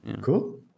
Cool